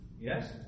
Yes